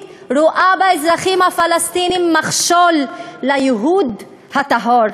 רואה באזרחים הפלסטינים מכשול לייהוד הטהור.